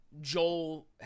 Joel